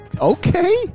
Okay